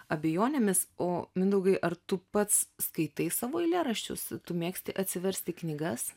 abejonėmis o mindaugai ar tu pats skaitai savo eilėraščius tu mėgsti atsiversti knygas